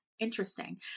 Interesting